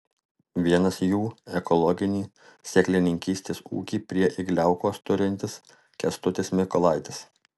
vienas jų ekologinį sėklininkystės ūkį prie igliaukos turintis kęstutis mykolaitis